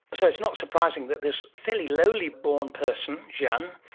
so it's not surprising that this fairly lowly-born person, jeanne,